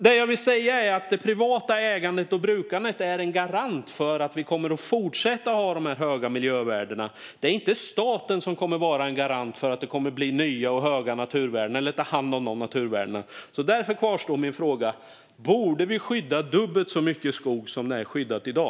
Det jag vill säga är alltså att det privata ägandet och brukandet är en garant för att vi kommer att fortsätta ha dessa höga miljövärden. Det är inte staten som kommer att vara en garant för nya och höga naturvärden eller för att vi tar hand om naturvärdena. Därför kvarstår min fråga: Borde vi skydda dubbelt så mycket skog som i dag?